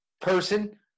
person